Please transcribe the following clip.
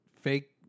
fake